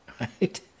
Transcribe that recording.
Right